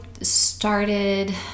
started